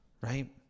right